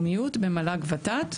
במל"ג-ות"ת.